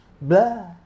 blah